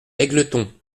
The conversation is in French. égletons